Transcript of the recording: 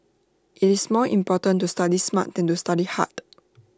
IT is more important to study smart than to study hard